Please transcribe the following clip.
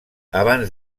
abans